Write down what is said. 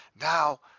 now